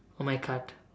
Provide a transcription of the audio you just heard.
on my cart